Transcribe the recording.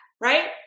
Right